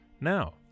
Now